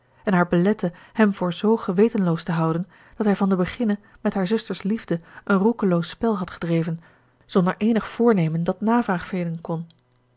en haar belette hem voor zoo gewetenloos te houden dat hij van den beginne met haar zuster's liefde een roekeloos spel had gedreven zonder eenig voornemen dat navraag velen kon